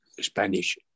Spanish